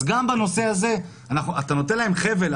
אז גם בנושא הזה אתה נותן להם חבל,